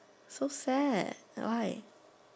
so sad why